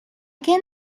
can